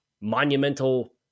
monumental